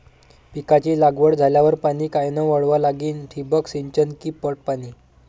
पिकाची लागवड झाल्यावर पाणी कायनं वळवा लागीन? ठिबक सिंचन की पट पाणी?